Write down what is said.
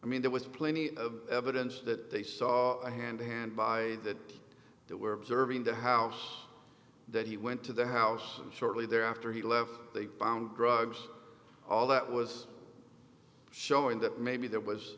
i mean there was plenty of evidence that they saw a hand and by that that we're observing the how high that he went to the house and shortly thereafter he left they found drugs all that was showing that maybe there was